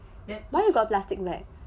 then why you got plastic bag